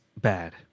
bad